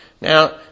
Now